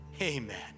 Amen